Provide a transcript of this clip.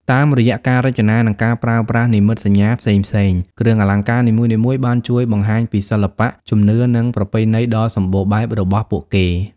តាមរយៈការរចនា និងការប្រើប្រាស់និមិត្តសញ្ញាផ្សេងៗ គ្រឿងអលង្ការនីមួយៗបានជួយបង្ហាញពីសិល្បៈ ជំនឿ និងប្រពៃណីដ៏សម្បូរបែបរបស់ពួកគេ។